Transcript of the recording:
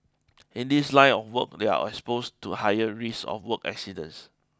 in this line of work they are exposed to higher risk of work accidents